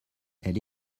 elle